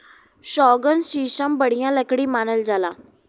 सौगन, सीसम बढ़िया लकड़ी मानल जाला